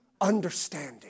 understanding